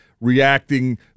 reacting